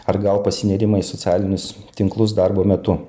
ar gal pasinėrimą į socialinius tinklus darbo metu